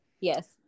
Yes